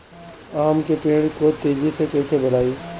आम के पेड़ को तेजी से कईसे बढ़ाई?